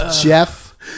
jeff